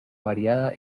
variada